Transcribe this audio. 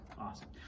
Awesome